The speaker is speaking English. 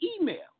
email